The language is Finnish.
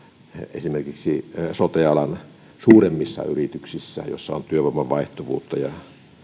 esimerkiksi sote alan suuremmissa yrityksissä joissa on työvoiman vaihtuvuutta ja